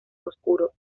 oscuro